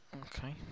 Okay